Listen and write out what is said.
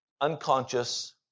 unconscious